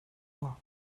mois